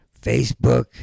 Facebook